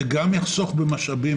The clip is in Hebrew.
זה גם יחסוך במשאבים.